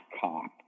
cop